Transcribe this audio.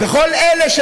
תודה.